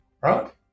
right